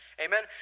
Amen